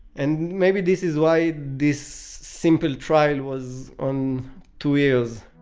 and maybe this is why this simple trial was on two years